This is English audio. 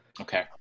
okay